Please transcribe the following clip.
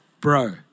bro